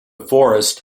forest